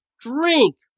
drink